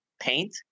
paint